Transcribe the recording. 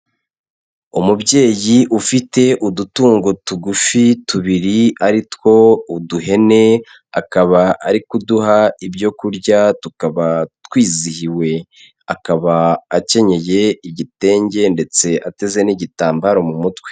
Umubyeyi ufite udutungo tugufi tubiri aritwo uduhene, akaba ari kuduha ibyo kurya tukaba twizihiwe, akaba akenyeye igitenge ndetse ateze n'igitambaro mu mutwe.